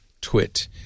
twit